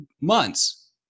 months